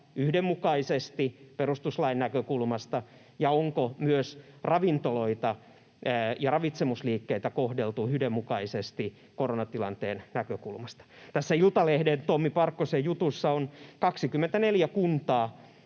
yhdenmukaisesti perustuslain näkökulmasta ja onko myös ravintoloita ja ravitsemusliikkeitä kohdeltu yhdenmukaisesti koronatilanteen näkökulmasta. Tässä Iltalehden Tommi Parkkosen jutussa on 24 kuntaa,